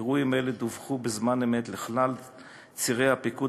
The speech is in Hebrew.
אירועים אלה דווחו בזמן אמת לכלל צירי הפיקוד